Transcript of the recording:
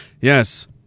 Yes